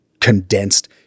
condensed